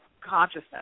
consciousness